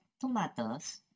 Tomatoes